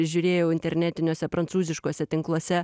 žiūrėjau internetiniuose prancūziškuose tinkluose